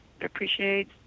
appreciate